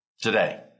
today